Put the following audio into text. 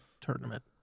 tournament